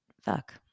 fuck